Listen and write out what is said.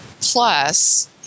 plus